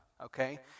Okay